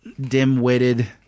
dim-witted